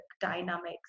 dynamics